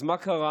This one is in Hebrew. אז מה קרה?